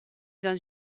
dans